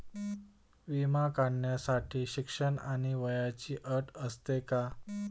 विमा काढण्यासाठी शिक्षण आणि वयाची अट असते का?